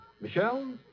Michelle